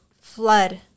flood